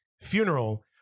funeral